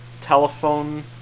telephone